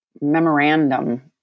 memorandum